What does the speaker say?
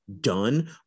done